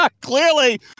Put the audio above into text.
Clearly